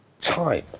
time